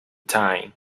time